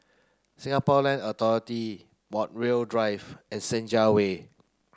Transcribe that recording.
Singapore Land Authority Montreal Drive and Senja Way